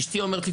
אשתי אומרת לי,